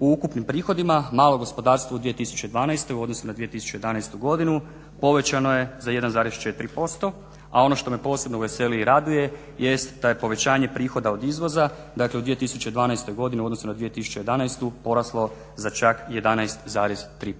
u ukupnim prihodima malo gospodarstvo u 2012. u odnosu na 2011. godinu povećano je za 1,4% a ono što me posebno veseli i raduje jest da je povećanje prihoda od izvoza, dakle u 2012. godini u odnosu na 2011. poraslo za čak 11,3%.